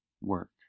work